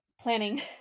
planning